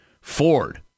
ford